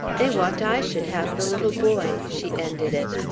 they want i should have the little boy, she ended it.